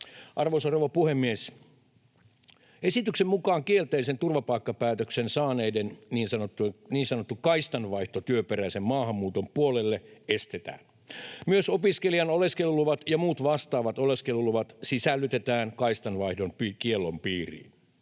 Arvoisa rouva puhemies! Esityksen mukaan kielteisen turvapaikkapäätöksen saaneiden niin sanottu kaistanvaihto työperäisen maahanmuuton puolelle estetään. Myös opiskelijan oleskeluluvat ja muut vastaavat oleskeluluvat sisällytetään kaistanvaihdon kiellon piiriin.